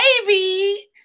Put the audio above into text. baby